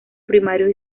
primarios